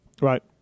Right